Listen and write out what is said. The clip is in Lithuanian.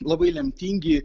labai lemtingi